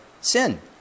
Sin